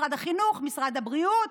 משרד החינוך, משרד הבריאות,